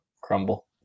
crumble